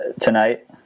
tonight